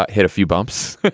hit a few bumps,